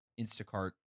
Instacart